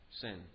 sin